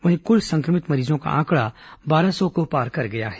वहीं क्ल संक्रमित मरीजों का आंकड़ा बारह सौ को पार कर गया है